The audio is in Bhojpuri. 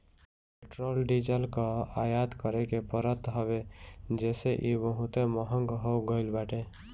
पेट्रोल डीजल कअ आयात करे के पड़त हवे जेसे इ बहुते महंग हो गईल बाटे